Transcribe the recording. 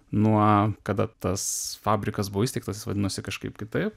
nuo kada tas fabrikas buvo įsteigtas jis vadinosi kažkaip kitaip